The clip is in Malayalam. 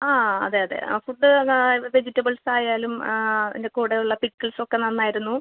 ആ അതെ അതെ ആ ഫുഡ് വെജിറ്റബിൾസ് ആയാലും അതിന്റെ കൂടെയുള്ള പിക്കിൾസ് ഒക്കെ നന്നായിരുന്നു